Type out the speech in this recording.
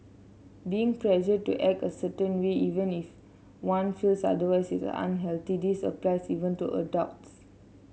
being pressured to act a certain way even if one feels otherwise is unhealthy this applies even to adults